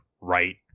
right